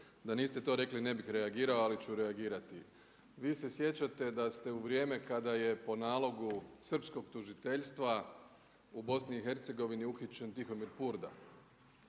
Da niste to rekli ne bih reagirao, ali ću reagirati. Vi se sjećate da ste u vrijeme kada je po nalogu srpskog tužiteljstva u BIH uhićen Tihomir Purda